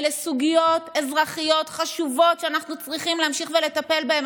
אלה סוגיות אזרחיות חשובות שאנחנו צריכים להמשיך ולטפל בהן.